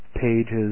pages